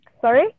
Sorry